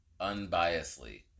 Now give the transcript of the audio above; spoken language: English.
unbiasedly